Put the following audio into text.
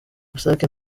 rusake